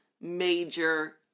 major